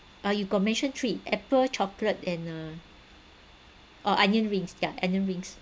ah you got mentioned three apple chocolate and uh oh onion rings yeah onion rings